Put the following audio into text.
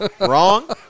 wrong